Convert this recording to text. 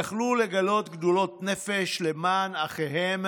יכלו לגלות גדלות נפש למען אחיהם,